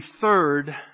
third